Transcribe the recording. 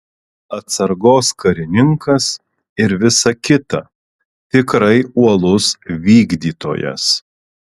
atsargos karininkas ir visa kita tikrai uolus vykdytojas